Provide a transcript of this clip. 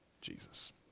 Jesus